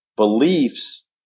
Beliefs